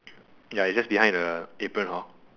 ya it's just behind the apron hor